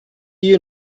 you